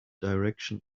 direction